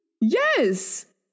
yes